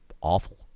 awful